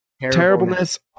terribleness